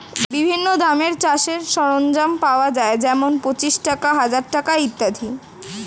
বিভিন্ন দামের চাষের সরঞ্জাম পাওয়া যায় যেমন পাঁচশ টাকা, হাজার টাকা ইত্যাদি